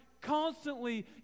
Constantly